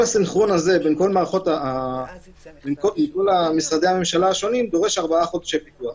כל הסנכרון הזה בין כל משרדי הממשלה השונים דורש ארבעה חודשי פיתוח.